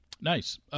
Nice